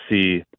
see